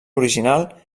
original